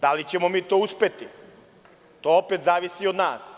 Da li ćemo mi to uspeti, to opet zavisi od nas.